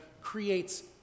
creates